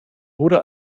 wurde